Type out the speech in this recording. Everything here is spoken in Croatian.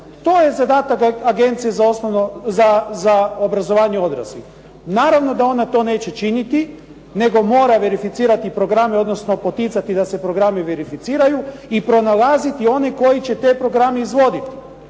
To je zadatak Agencije za obrazovanje odraslih. Naravno da ona to neće činiti nego mora verificirati programe, odnosno poticati da se programi verificiraju i pronalaziti one koji će te programe izvoditi.